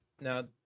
Now